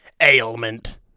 ailment